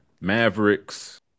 Mavericks